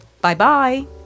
Bye-bye